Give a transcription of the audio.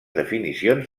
definicions